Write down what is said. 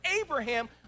Abraham